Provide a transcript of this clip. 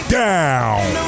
down